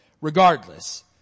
Regardless